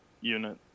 unit